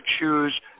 choose